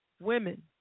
Women